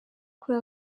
kuri